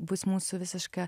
bus mūsų visiška